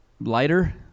lighter